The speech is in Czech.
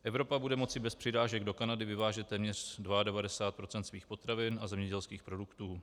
Evropa bude moci bez přirážek do Kanady vyvážet téměř 92 % svých potravin a zemědělských produktů.